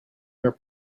your